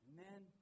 Amen